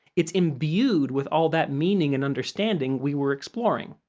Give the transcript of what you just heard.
it's imbued with all that meaning and understanding we were exploring.